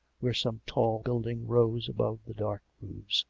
where some tall building rose above the dark roofs